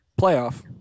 playoff